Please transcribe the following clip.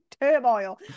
turmoil